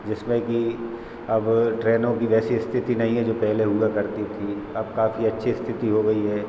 जिसमें कि अब ट्रेनों कि वैसी स्थिति नहीं है जो पहले हुआ करती थी अब काफ़ी अच्छी स्थिति हो गई है